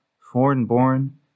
foreign-born